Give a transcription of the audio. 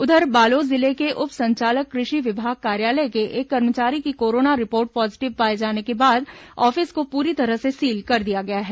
उधर बालोद जिले के उप संचालक कृषि विभाग कार्यालय के एक कर्मचारी की कोरोना रिपोर्ट पॉजिटिव पाए जाने के बाद ऑफिस को पूरी तरह से सील कर दिया गया है